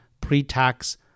pre-tax